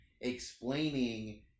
explaining